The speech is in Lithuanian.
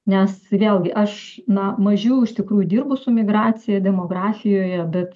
nes vėlgi aš na mažiau iš tikrųjų dirbu su migracija demografijoje bet